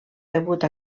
rebut